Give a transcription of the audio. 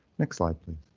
next slide, please.